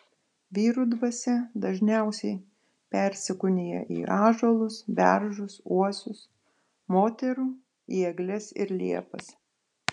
vyrų dvasia dažniausiai persikūnija į ąžuolus beržus uosius moterų į egles ir liepas